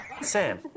Sam